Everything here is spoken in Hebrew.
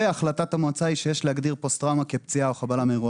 החלטת המועצה היא שיש להגדיר פוסט טראומה כפציעה או כחבלה מאירוע